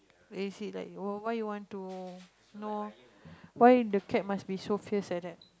is this like to what you know why you want to you know why the cat must be so fierce like that